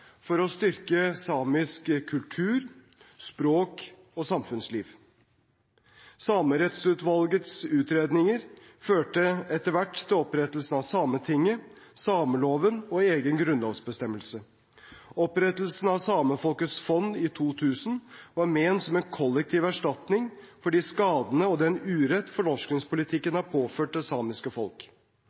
for å styrke samisk kultur, språk og samfunnsliv. Samerettsutvalgets utredninger førte etter hvert til opprettelsen av Sametinget, sameloven og egen grunnlovsbestemmelse. Opprettelsen av Samefolkets fond i 2000 var ment som en kollektiv erstatning for de skadene og den uretten fornorskningspolitikken har påført det samiske